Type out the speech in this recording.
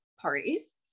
parties